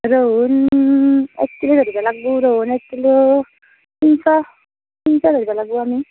ৰহুন এক কিলো ধৰিব লাগব' ৰহুন এক কিলো তিনশ তিনশ ধৰিব লাগিব আমি